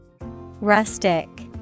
Rustic